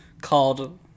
called